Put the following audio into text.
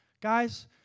Guys